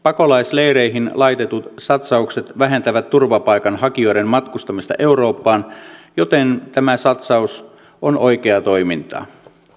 pakolaisleireihin laitetut satsaukset vähentävät turvapaikanhakijoiden matkustamista eurooppaan joten tämä satsaus on oikeaa toimintaa